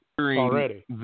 Already